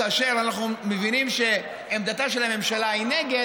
כאשר אנחנו מבינים שעמדתה של הממשלה היא נגד,